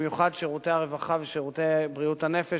ובמיוחד שירותי הרווחה ושירותי בריאות הנפש,